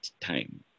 time